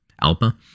Alpha